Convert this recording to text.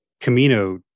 Camino